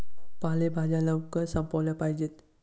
पालेभाज्या लवकर संपविल्या पाहिजेत